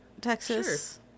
Texas